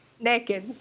Naked